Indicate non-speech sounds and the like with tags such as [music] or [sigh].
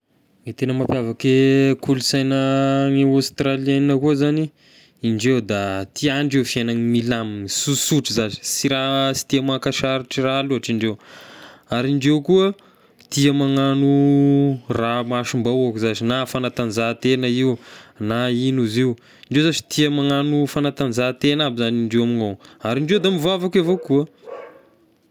Ny tena mampiavaky e kolonsaina any Australienne koa zany, indreo da tiandreo fiaignany milamigna, sosotra zashy, sy raha sy tia maka sarotry raha loatra indreo, ary indreo koa tia magnano raha amasom-bahoaka zashy na fanatanjahantena io na igno izy io, indreo zashy tia magnano fanatanjahantena aby zany indreo amign'ny ao, ary indreo da mivavaka avao koa. [noise]